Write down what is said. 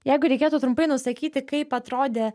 jeigu reikėtų trumpai nusakyti kaip atrodė